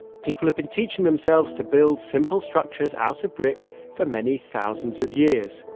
people have been teaching themselves to build simple structures out of brick for many thousands of years,